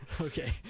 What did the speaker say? Okay